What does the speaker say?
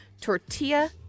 tortilla